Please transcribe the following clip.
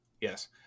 yes